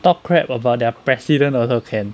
talk crap about their president also can